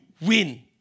win